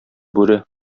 бүре